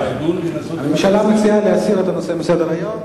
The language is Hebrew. הממשלה מציעה להסיר את הנושא מסדר-היום?